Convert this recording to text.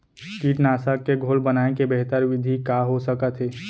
कीटनाशक के घोल बनाए के बेहतर विधि का हो सकत हे?